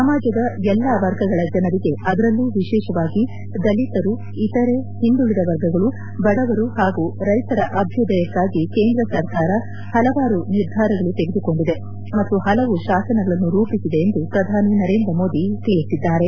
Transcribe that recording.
ಸಮಾಜದ ಎಲ್ಲಾ ವರ್ಗಗಳ ಜನರಿಗೆ ಅದರಲ್ಲೂ ವಿಶೇಷವಾಗಿ ದಲಿತರು ಇತರೆ ಹಿಂದುಳಿದ ವರ್ಗಗಳು ಬಡವರು ಮತ್ತು ರೈತರ ಅಭ್ಯುದಯಕ್ಕಾಗಿ ಕೇಂದ್ರ ಸರ್ಕಾರ ಪಲವಾರು ನಿರ್ಧಾರಗಳು ತೆಗೆದುಕೊಂಡಿದೆ ಮತ್ತು ರಲವು ಶಾಸನಗಳನ್ನು ರೂಪಿಸಿದೆ ಎಂದು ಪ್ರಧಾನಿ ನರೇಂದ್ರ ಮೋದಿ ತಿಳಿಸಿದ್ದಾರೆ